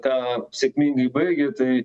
ką sėkmingai baigė tai